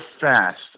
fast